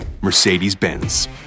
Mercedes-Benz